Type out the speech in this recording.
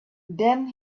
then